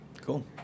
Cool